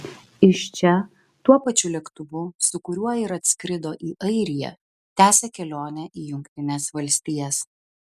iš čia tuo pačiu lėktuvu su kuriuo ir atskrido į airiją tęsia kelionę į jungtines valstijas